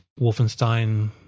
Wolfenstein